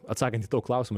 atsakant į tavo klausimą